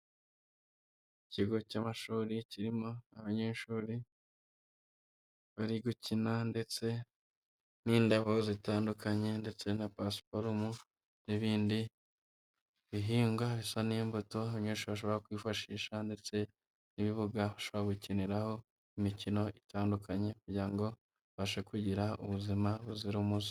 Ikigo cy'amashuri kirimo abanyeshuri bari gukina ndetse n'indabo zitandukanye ndetse na pasiporomu n'ibindi bihinga bisa n'imbuto nyinshi bashobora kwifashisha ndetse n'ibibuga bashobora gukiniraho imikino itandukanye kugira ngo abashe kugira ubuzima buzira umuze.